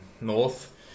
north